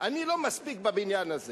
אני לא נמצא מספיק זמן בבניין הזה